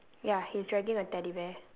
ya he's dragging a teddy bear